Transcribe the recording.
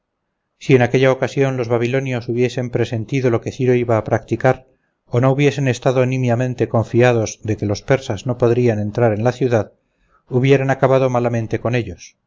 si en aquella ocasión los babilonios hubiesen presentido lo que ciro iba a practicar o no hubiesen estado minimamente confiados de que los persas no podrían entrar en la ciudad hubieran acabado malamente con ellos